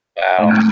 wow